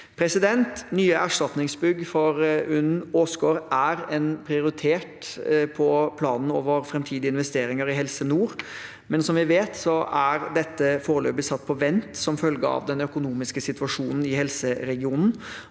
19. juni. Nye erstatningsbygg for UNN Åsgård er en prioritet på planen over framtidige investeringer i Helse nord, men som vi vet, er dette foreløpig satt på vent som følge av den økonomiske situasjonen i helseregionen.